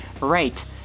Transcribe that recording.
Right